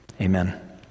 Amen